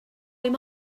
him